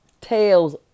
tails